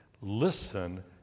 Listen